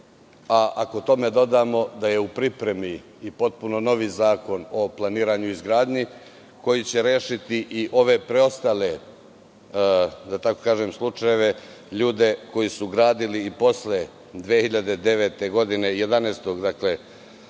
a ako tome dodamo da je u pripremi i potpuno novi Zakon o planiranju izgradnji koji će rešiti i ove preostale, da tako kažem, slučajeve, ljude koji su gradili i posle 11. septembra 2009. godine